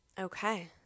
Okay